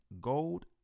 gold